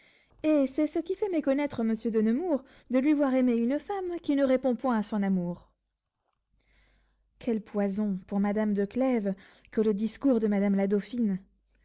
et c'est ce qui fait méconnaître monsieur de nemours de lui voir aimer une femme qui ne répond point à son amour quel poison pour madame de clèves que le discours de madame la dauphine